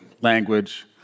language